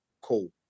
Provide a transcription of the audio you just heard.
cool